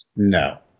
No